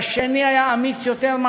והשני היה אמיץ יותר,